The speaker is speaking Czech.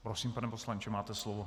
Prosím, pane poslanče, máte slovo.